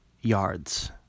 yards